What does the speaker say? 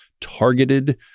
targeted